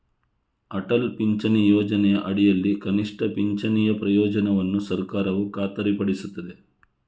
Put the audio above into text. ಅಟಲ್ ಪಿಂಚಣಿ ಯೋಜನೆಯ ಅಡಿಯಲ್ಲಿ ಕನಿಷ್ಠ ಪಿಂಚಣಿಯ ಪ್ರಯೋಜನವನ್ನು ಸರ್ಕಾರವು ಖಾತರಿಪಡಿಸುತ್ತದೆ